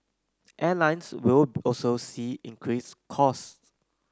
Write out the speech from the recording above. airlines will also see increased cost